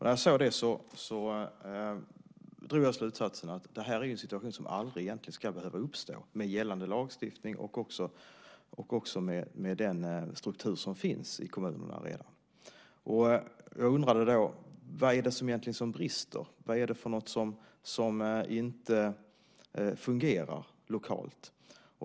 När jag såg det drog jag slutsatsen att det är en situation som aldrig egentligen ska behöva uppstå med gällande lagstiftning och med den struktur som redan finns i kommunerna. Jag undrade då: Vad är det som brister? Vad är det för något som inte fungerar lokalt?